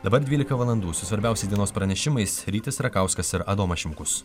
dabar dvylika valandų su svarbiausiais dienos pranešimais rytis rakauskas ir adomas šimkus